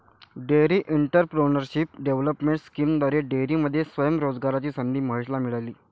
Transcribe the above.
dairy entrepreneurship development स्कीमद्वारे डेअरीमध्ये स्वयं रोजगाराची संधी महेशला मिळाली